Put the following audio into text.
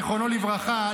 זיכרונו לברכה,